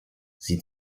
sie